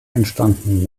entstanden